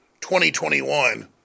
2021